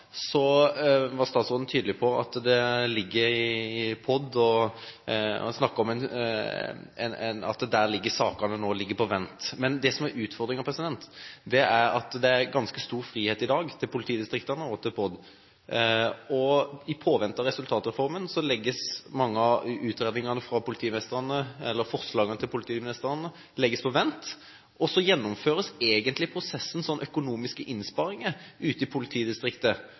var statsråden tydelig på at sakene nå ligger på vent i Politidirekoratet. Men det som er utfordringen, er at både politidistriktene og POD har en ganske stor frihet i dag, og i påvente av resultatreformen legges altså mange av forslagene til politimestrene på vent, og så gjennomføres egentlig prosessen med økonomiske innsparinger ute i politidistriktet